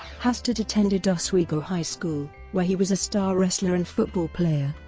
hastert attended oswego high school, where he was a star wrestler and football player.